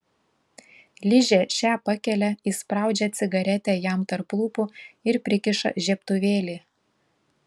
ližė šią pakelia įspraudžia cigaretę jam tarp lūpų ir prikiša žiebtuvėlį